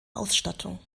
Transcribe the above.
ausstattung